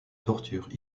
tortures